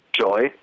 Joy